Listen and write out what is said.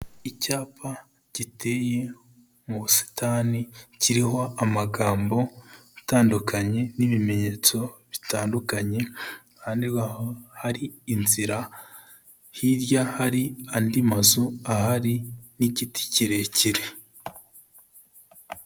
Icyapa giteye mu busitani kiriho amagambo atandukanye n'ibimenyetso bitandukanye, iruhande rwaho hari inzira, hirya hari andi mazu ahari n'igiti kirekire.